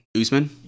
Usman